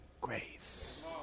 grace